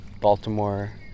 Baltimore